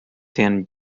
tin